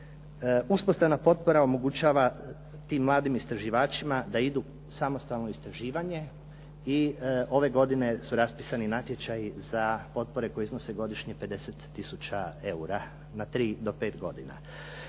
Uspostavna potpora omogućava tim mladim istraživačima da idu u samostalno istraživanje i ove godine su raspisani natječaji za potpore koji iznose godišnje 50 tisuća eura na tri do pet godina.